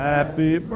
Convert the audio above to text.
Happy